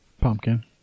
Pumpkin